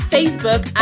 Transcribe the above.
Facebook